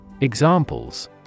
Examples